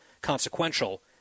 consequential